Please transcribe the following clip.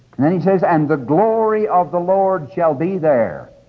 then he says, and the glory of the lord shall be there.